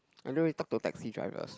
I don't really talk to taxi drivers